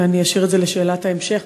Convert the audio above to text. ואני אשאיר את זה לשאלת ההמשך,